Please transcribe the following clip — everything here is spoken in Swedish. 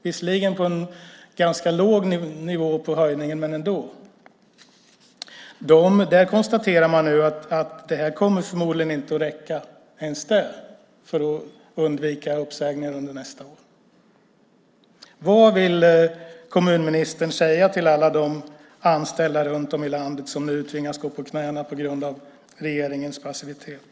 Visserligen är det en ganska låg nivå på höjningen, men det kommer förmodligen inte att räcka för att undvika uppsägningar under nästa år. Vad vill kommunministern säga till alla de anställda runt om i landet som nu tvingas gå på knäna på grund av regeringens passivitet?